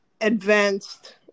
advanced